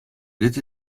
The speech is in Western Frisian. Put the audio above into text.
dit